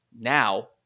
Now